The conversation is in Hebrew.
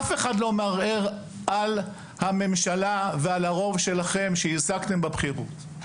אף אחד לא מערער על הממשלה ועל הרוב שלכם שהשגתם בבחירות.